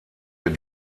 den